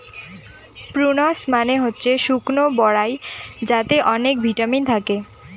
prunes মানে হচ্ছে শুকনো বরাই যাতে অনেক ভিটামিন থাকে